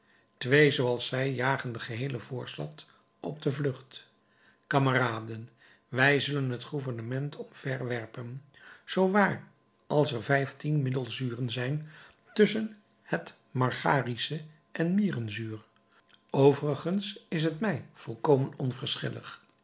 twee zooals zij jagen de geheele voorstad op de vlucht kameraden wij zullen het gouvernement omverwerpen zoo waar als er vijftien middelzuren zijn tusschen het margarische en mierenzuur overigens is het mij volkomen